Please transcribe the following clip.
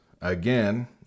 again